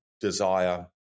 desire